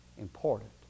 important